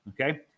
Okay